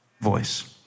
voice